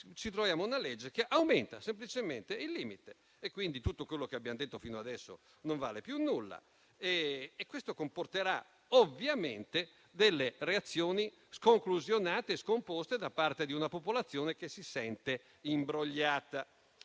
ci troviamo una legge che aumenta semplicemente il limite, quindi tutto quello che abbiamo detto fino adesso non vale più nulla e questo comporterà ovviamente reazioni sconclusionate e scomposte da parte di una popolazione che si sente imbrogliata.